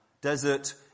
desert